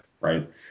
right